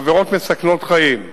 בעבירות מסכנות חיים.